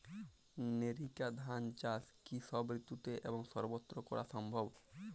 NERICA ধান চাষ কি সব ঋতু এবং সবত্র করা সম্ভব?